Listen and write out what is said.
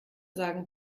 sagen